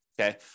okay